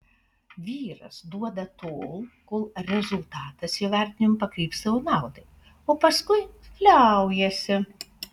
vyras duoda tol kol rezultatas jo vertinimu pakrypsta jo naudai o paskui liaujasi